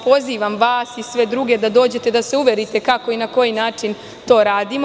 Pozivam, vas i sve druge da dođete da se uverite kako i na koji način to radimo.